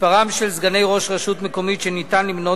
מספרם של סגני ראש רשות מקומית שניתן למנות